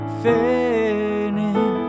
fading